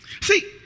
see